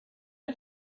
you